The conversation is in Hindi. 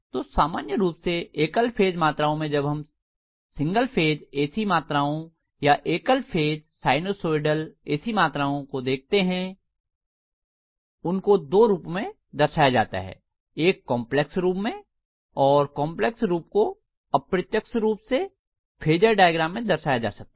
तो सामान्य रूप से एकल फेज मात्राओं में जब हम सिंगल फेज ऐ सी मात्राओं या एकल फेज साइनोसाइडल ऐ सी मात्राओं को देखते हैं उनको दो रूपों मैं दर्शाया जाता है एक काम्प्लेक्स रूप में और काम्प्लेक्स रूप को अप्रत्यक्ष रूप से फेजर डायग्राम मैं दर्शाया जा सकता है